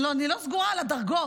אני לא סגורה על הדרגות.